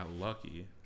lucky